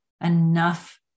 enough